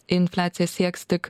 infliacija sieks tik